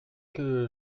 que